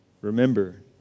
Remember